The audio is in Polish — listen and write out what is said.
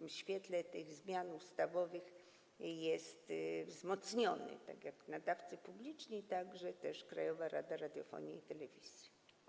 w świetle tych zmian ustawowych jest wzmocniony - tak jak nadawcy publiczni, tak też Krajowa Rada Radiofonii i Telewizji.